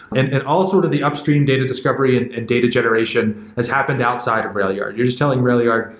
and and all sort of the upstream data discovery and data generation has happened outside of railyard. you're just telling railyard,